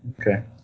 Okay